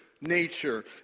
nature